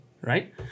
Right